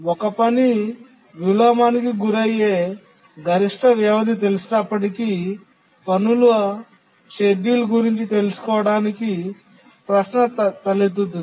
ఒక పని విలోమానికి గురయ్యే గరిష్ట వ్యవధి తెలిసినప్పటికీ పనుల షెడ్యూల్ గురించి తెలుసుకోవటానికి ప్రశ్న తలెత్తుతుంది